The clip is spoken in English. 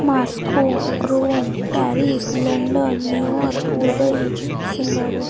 Moscow Rome Paris London New York Dubai Singapore